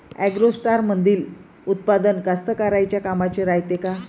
ॲग्रोस्टारमंदील उत्पादन कास्तकाराइच्या कामाचे रायते का?